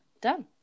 Done